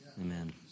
amen